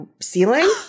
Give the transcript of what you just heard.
ceiling